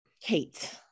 Kate